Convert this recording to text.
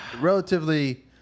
relatively